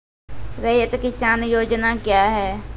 रैयत किसान योजना क्या हैं?